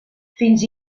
fins